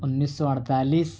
انیس سو اڑتالیس